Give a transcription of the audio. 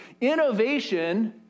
Innovation